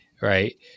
right